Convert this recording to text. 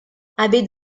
abbé